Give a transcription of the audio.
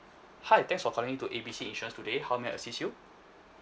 hi thanks for calling to A B C insurance today how may I assist you